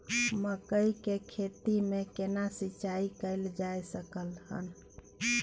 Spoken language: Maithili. मकई की खेती में केना सिंचाई कैल जा सकलय हन?